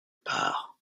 part